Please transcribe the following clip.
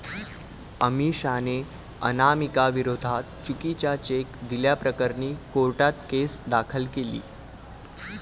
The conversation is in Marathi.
अमिषाने अनामिकाविरोधात चुकीचा चेक दिल्याप्रकरणी कोर्टात केस दाखल केली